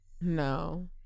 No